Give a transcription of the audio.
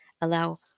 allow